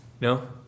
No